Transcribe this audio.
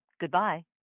Goodbye